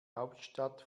hauptstadt